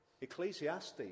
Ecclesiastes